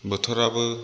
बोथोराबो